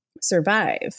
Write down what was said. survive